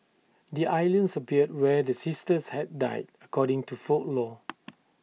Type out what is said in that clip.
the islands appeared where the sisters had died according to folklore